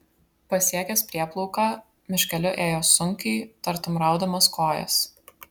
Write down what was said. pasiekęs prieplauką miškeliu ėjo sunkiai tartum raudamas kojas